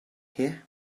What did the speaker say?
here